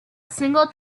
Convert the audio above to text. single